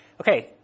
okay